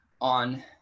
on